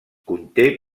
conté